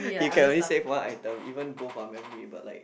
you can only save one item even both are memory but like